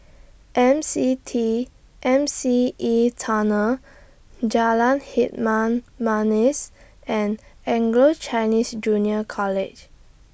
M C T M C E Tunnel Jalan Hitam Manis and Anglo Chinese Junior College